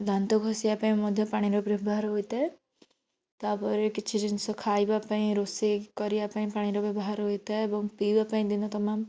ଦାନ୍ତ ଘଷିବା ପାଇଁ ମଧ୍ୟ ପାଣିର ବ୍ୟବହାର ହୋଇଥାଏ ତାପରେ କିଛି ଜିନିଷ ଖାଇବା ପାଇଁ ରୋଷେଇ କରିବା ପାଇଁ ପାଣିର ବ୍ୟବହାର ହୋଇଥାଏ ଏବଂ ପିଇବା ପାଇଁ ଦିନତମାମ୍